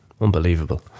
Unbelievable